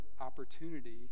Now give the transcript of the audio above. opportunity